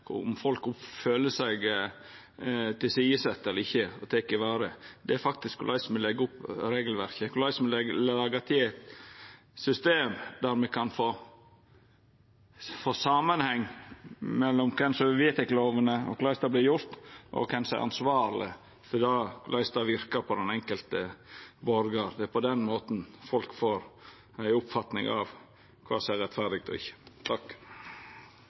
om folk føler seg tilsidesette, om dei føler at dei vert tekne vare på eller ikkje, men korleis me legg opp regelverket, korleis me lagar til system der me kan få ein samanheng mellom kven som vedtek lovane, korleis det vert gjort, og kven som er ansvarleg for korleis det verkar på den enkelte borgaren. Det er på den måten folk får ei oppfatning av kva som er rettferdig og ikkje.